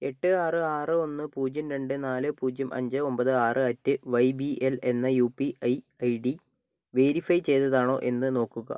എട്ട് ആറ് ആറ് ഒന്ന് പൂജ്യം രണ്ട് നാല് പൂജ്യം അഞ്ച് ഒമ്പത് ആറ് അറ്റ് വൈ ബി എൽ എന്ന U P I I D verify ചെയ്തതാണോ എന്ന് നോക്കുക